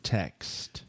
text